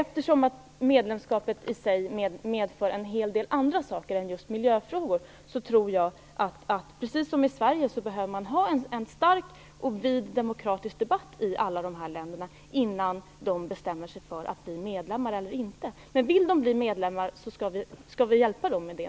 Eftersom medlemskapet medför en hel del annat än just miljöfrågor tror jag att man i alla de här länderna, precis som är fallet i Sverige, behöver en stark och vid demokratisk debatt innan de bestämmer sig för om de skall bli medlemmar eller inte. Vill de bli medlemmar, skall vi naturligtvis hjälpa dem med det.